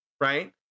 right